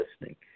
listening